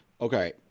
Okay